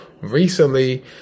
recently